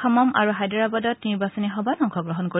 খমম্ আৰু হায়দৰাবাদত নিৰ্বাচনী সভাত অংশগ্ৰহণ কৰিব